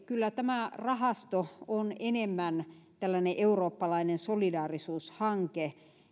kyllä tämä rahasto on enemmän tällainen eurooppalainen solidaarisuushanke